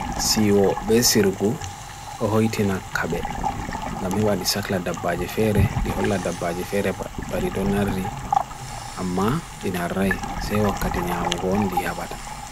Si'o besirgu, oho itina kabe, gamiba di sakla daba jefere, di hola daba jefere ba dhi donari, amma dinarra'i se wa katinya amgon diha bata.